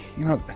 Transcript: you know,